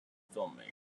filmmaker